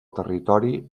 territori